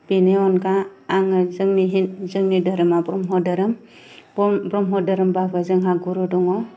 बेनि अनगा आङो जोंनि धोरोमा ब्रम्ह धोरोम ब्रम्ह धोरोम बाबो जोंहा गुरु दङ